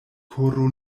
koro